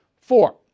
Four